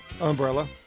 Umbrella